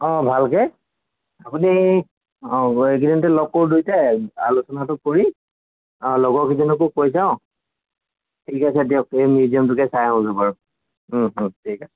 অঁ ভালকৈ আপুনি অঁ গৈ এইকেইদিনতে লগ কৰোঁ দুইটাই আলোচনাটো কৰি লগৰকেইজনকো কৈ চাওঁ ঠিক আছে দিয়ক সেই মিউজিয়ামটোকে চাই আহোঁগৈ বাৰু ঠিক আছে